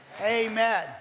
Amen